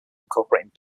incorporating